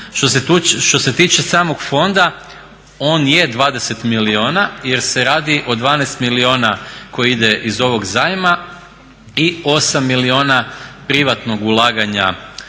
Što se tiče samog fonda on je 20 milijuna jer se radi o 12 milijuna koji idu iz ovog zajma i 8 milijuna privatnog ulaganja